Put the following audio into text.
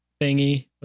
thingy